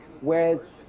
Whereas